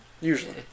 usually